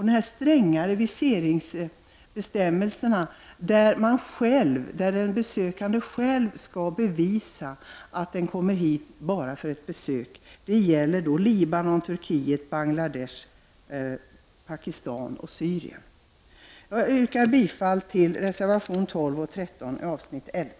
Dessa strängare viseringsbestämmelser där en besökande själv skall bevisa att han kommer hit bara för ett besök gäller Libanon, Turkiet, Bangladesh, Pakistan och Syrien. Jag yrkar bifall till reservationerna 12 och 13 under avsnitt 11.